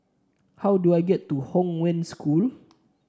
how do I get to Hong Wen School